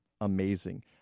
amazing